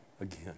again